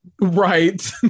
Right